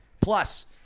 Plus